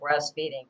breastfeeding